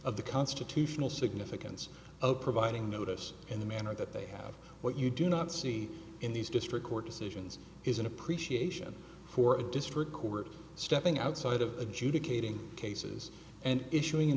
of the constitutional significance of providing notice in the manner that they have what you do not see in these district court decisions is an appreciation for a district court stepping outside of adjudicating cases and issuing an